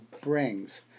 brings